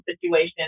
situation